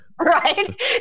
Right